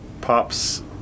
Pops